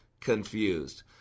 Confused